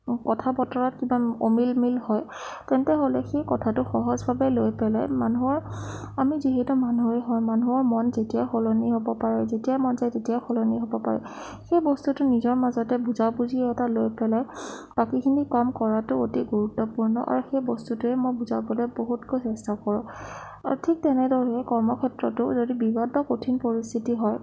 কথা বতৰাত কিবা অমিল মিল হয় তেন্তে হ'লে সেই কথাটো সহজভাৱে লৈ পেলাই মানুহৰ আমি যিহেতু মানুহেই হয় মানুহৰ মন যেতিয়া সলনি হ'ব পাৰে যেতিয়াই মন যায় তেতিয়াই সলনি হ'ব পাৰে সেই বস্তুটো নিজৰ মাজতে বুজাবুজি এটা লৈ পেলাই বাকীখিনি কাম কৰাটো অতি গুৰুত্বপূৰ্ণ আৰু সেই বস্তুটোৱে মই বুজাবলৈ বহুতকৈ চেষ্টা কৰোঁ আৰু ঠিক তেনেদৰে কৰ্মক্ষেত্ৰতো যদি বিবাদ বা কঠিন পৰিস্থিতি হয়